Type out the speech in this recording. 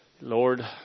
Lord